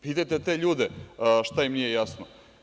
Pitajte te ljude šta im nije jasno.